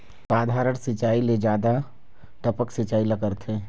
साधारण सिचायी ले जादा टपक सिचायी ला करथे